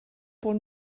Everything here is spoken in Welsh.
bod